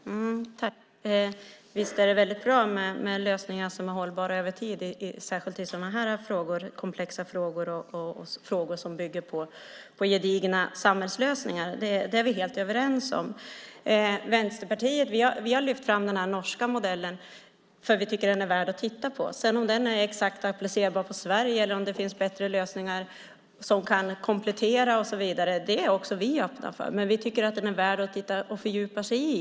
Herr talman! Visst är det väldigt bra med lösningar som är hållbara över tid, särskilt i sådana här komplexa frågor och frågor som bygger på gedigna samhällslösningar. Det är vi helt överens om. Vi i Vänsterpartiet har lyft fram den norska modellen därför att vi tycker att den är värd att titta närmare på. Om den sedan är exakt applicerbar på Sverige eller om det finns bättre lösningar som kan komplettera och så vidare är vi öppna för det. Men vi tycker att den är värd att fördjupa sig i.